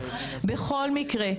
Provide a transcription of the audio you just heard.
בכל מקרה,